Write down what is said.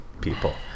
people